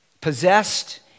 Possessed